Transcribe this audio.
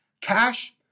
cash